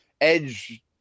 edge